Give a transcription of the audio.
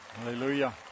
Hallelujah